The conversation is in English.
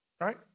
Right